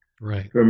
Right